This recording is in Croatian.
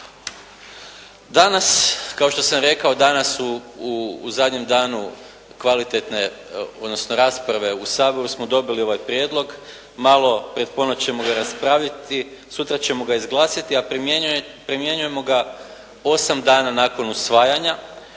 Danas, kao što sam rekao danas u zadnjem danu kvalitetne, odnosno rasprave u Saboru smo dobili ovaj prijedlog, malo pred ponoć ćemo ga raspraviti, sutra ćemo ga izglasati, a primjenjujemo ga 8 dana nakon usvajanja,